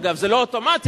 זה לא אוטומטי,